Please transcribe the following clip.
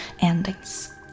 endings